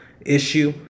issue